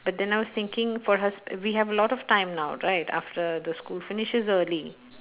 but then I was thinking for us we have a lot of time now right after the school finishes early